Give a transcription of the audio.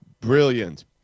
brilliant